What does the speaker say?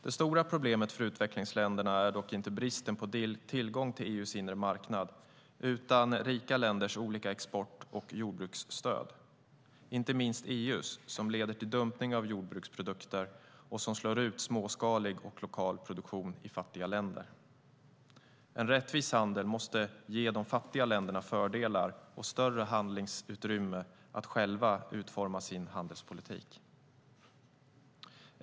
Det stora problemet för utvecklingsländerna är dock inte bristen på tillgång till EU:s inre marknad utan rika länders olika export och jordbruksstöd, inte minst EU:s, som leder till dumpning av jordbruksprodukter och som slår ut småskalig och lokal produktion i fattiga länder. En rättvis handel måste ge de fattiga länderna fördelar och större handlingsutrymme att själva utforma sin handelspolitik.